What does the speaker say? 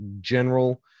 general